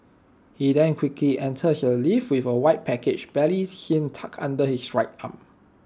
he then quickly enters the lift with A white package barely seen tucked under his right arm